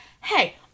hey